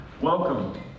welcome